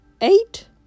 eight